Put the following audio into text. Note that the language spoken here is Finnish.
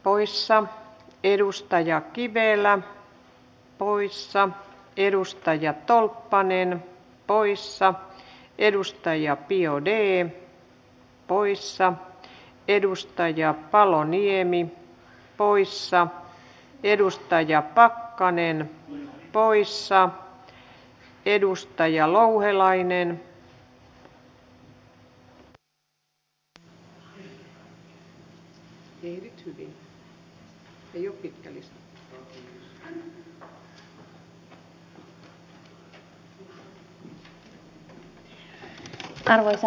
kiitän tässä yhteydessä lämpimästi sekä ministeriä että kunta ja terveysjaostoa hyvästä työstä ja rakentavasta käsittelystä tämän asiakokonaisuuden yhteydessä